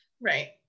right